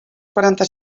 quaranta